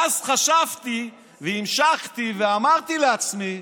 ואז חשבתי והמשכתי ואמרתי לעצמי: